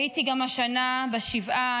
הייתי גם השנה בשבעה,